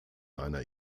einer